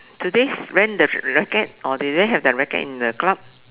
do this rent the racket or they already have the racket in the club